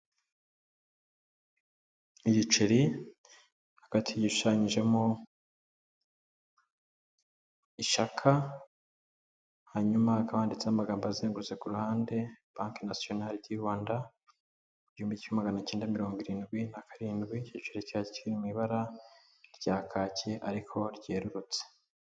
Igiceri hagati gishushanyijemo ishaka, hanyuma hakaba handitseho amagambo azengurutse ku ruhande, banki nasiyonari di Rwanda, mu gihumbi kimwe magana icyenda mirongo irindwi na karindwi, iki giceri kikaba kiri mu ibara rya kacyi ariko ryerurutse.